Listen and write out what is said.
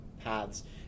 paths